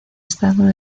estado